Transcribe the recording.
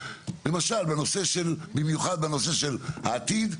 במיוחד בנושא של העתיד,